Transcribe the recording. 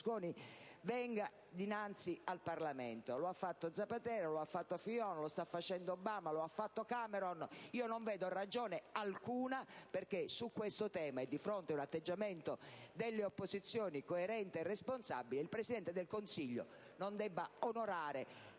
Berlusconi venga dinnanzi al Parlamento. Lo ha fatto Zapatero, lo ha fatto Fillon, lo sta facendo Obama, lo ha fatto Cameron. Non vedo ragione alcuna perché su questo tema, e di fronte ad un atteggiamento delle opposizioni coerente e responsabile, il Presidente del Consiglio non debba onorare